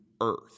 earth